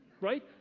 Right